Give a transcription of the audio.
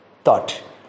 thought